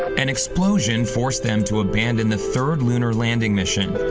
an explosion forced them to abandon the third lunar landing mission.